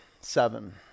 seven